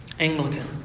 Anglican